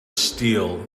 steel